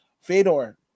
Fedor